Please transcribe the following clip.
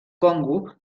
congo